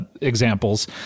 examples